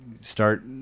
start